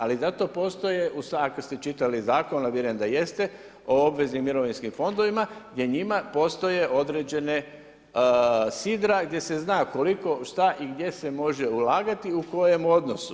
Ali zato postoje, ako ste čitali zakon, a vjerujem da jeste, o obveznim mirovinskim fondovima gdje u njima postoje određene sidra gdje se zna koliko šta i gdje se može ulagati u kojem odnosu.